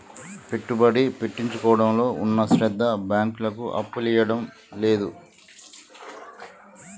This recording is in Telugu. పెట్టుబడి పెట్టించుకోవడంలో ఉన్న శ్రద్ద బాంకులకు అప్పులియ్యడంల లేదు